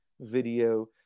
video